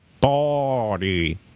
body